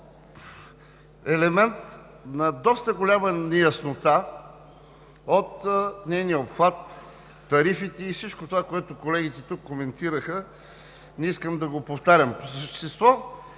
елемент на доста голяма неяснота от нейния обхват, тарифите и всичко това, което колегите тук коментираха – не искам да го повтарям.